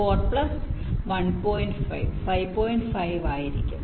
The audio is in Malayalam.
5 ആയിരിക്കും